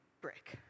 brick